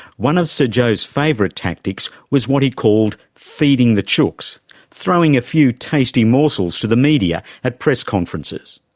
one of sir joh's favourite tactics was what he called feeding the chooks throwing a few tasty morsels to the media at press conferences.